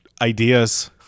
ideas